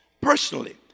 personally